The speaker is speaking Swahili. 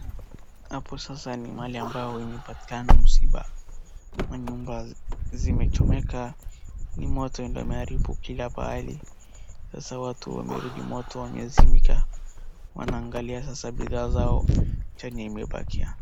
Hapo sasa ni mahali ambapo umepatikana msiba, manyumba zimechomeka ni moto ndio imeharibu kila pahali sasa watu wamerudi, moto umezimika wanaangalia sasa bidhaa zao chenye imebakia.